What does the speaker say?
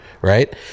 Right